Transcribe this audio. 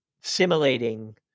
simulating